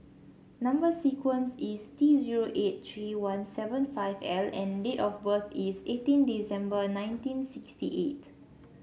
number sequence is T zero eight three one seven five L and date of birth is eighteen December nineteen sixty eight